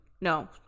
no